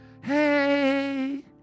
hey